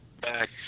back